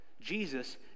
Jesus